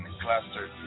cluster